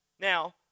Now